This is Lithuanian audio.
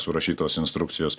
surašytos instrukcijos